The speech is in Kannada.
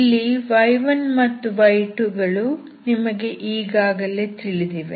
ಇಲ್ಲಿ y1 ಮತ್ತು y2 ಗಳು ನಿಮಗೆ ಈಗಾಗಲೇ ತಿಳಿದಿವೆ